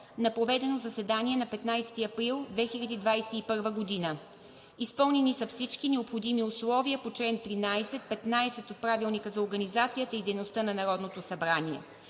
на проведено заседание на 15 април 2021 г. Изпълнени са всички необходими условия по чл. 13 – 15 от Правилника за организацията и дейността на Народното събрание.